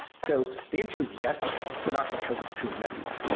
so the answer is yes, but not because of kubernetes.